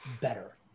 better